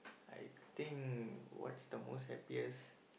I think what's the most happiest